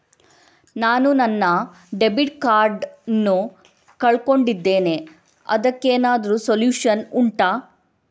ನಾನು ನನ್ನ debit card ನ್ನು ಕಳ್ಕೊಂಡಿದ್ದೇನೆ ಅದಕ್ಕೇನಾದ್ರೂ ಸೊಲ್ಯೂಷನ್ ಉಂಟಾ